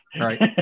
Right